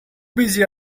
busy